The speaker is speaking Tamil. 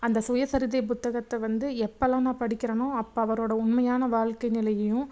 அந்த சுயசரிதை புத்தகத்தை வந்து எப்போலாம் நான் படிக்கிறனோ அப்போ அவரோடய உண்மையான வாழ்க்கை நிலையையும்